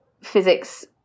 physics